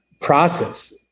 process